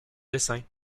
dessin